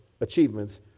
achievements